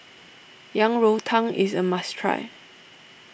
Yang Rou Tang is a must try